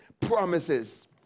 promises